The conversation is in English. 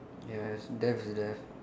ya it's death is death